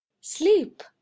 Sleep